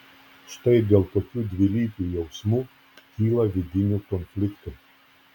štai dėl tokių dvilypių jausmų kyla vidinių konfliktų